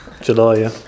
July